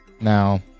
Now